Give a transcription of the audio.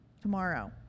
tomorrow